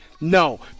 No